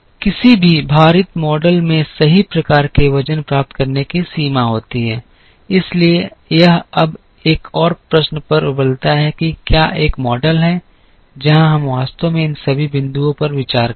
किसी भी भारित मॉडल में सही प्रकार के वजन प्राप्त करने की सीमा होती है इसलिए यह अब एक और प्रश्न पर उबलता है कि क्या एक मॉडल है जहां हम वास्तव में इन सभी बिंदुओं पर विचार करते हैं